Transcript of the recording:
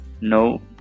No